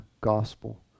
gospel